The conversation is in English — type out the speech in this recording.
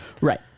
right